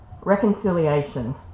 Reconciliation